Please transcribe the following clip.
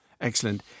excellent